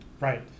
Right